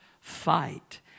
fight